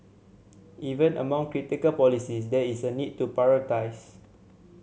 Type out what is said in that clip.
even among critical policies there is a need to prioritise